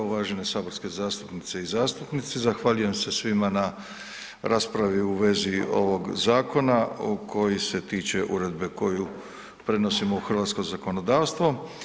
Uvažene saborske zastupnice i zastupnici zahvaljujem se svima na raspravi u vezi ovog zakona koji se tiče uredbe koju prenosimo u hrvatsko zakonodavstvo.